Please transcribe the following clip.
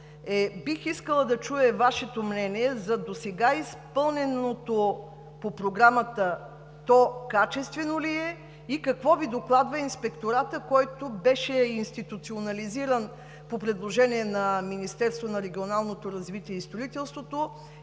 бих искала да чуя Вашето мнение за изпълненото по Програмата досега – то качествено ли е, и какво Ви докладва Инспекторатът, който беше институционализиран по предложение на Министерството на регионалното развитие и благоустройството